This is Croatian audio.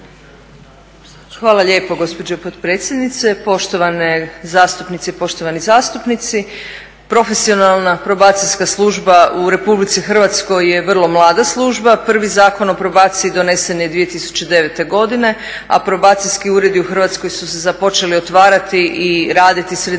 Hvala lijepo gospođo potpredsjednice. Poštovane zastupnice i poštovani zastupnici. Profesionalna probacijska služba u Republici Hrvatskoj je vrlo mlada služba. Prvi Zakon o probaciji donesen je 2009. godine, a probacijski uredi u Hrvatskoj su se započeli otvarati i raditi sredinom